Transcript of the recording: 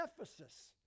Ephesus